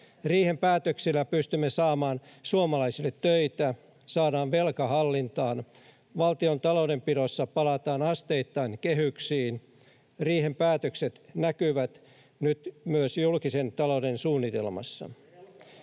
Riihen päätöksillä pystymme saamaan suomalaisille töitä, saadaan velka hallintaan. Valtion taloudenpidossa palataan asteittain kehyksiin. Riihen päätökset näkyvät nyt myös julkisen talouden suunnitelmassa.